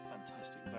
fantastic